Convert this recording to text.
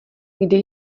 kde